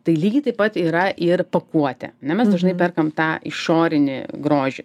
tai lygiai taip pat yra ir pakuotė ane mes dažnai perkam tą išorinį grožį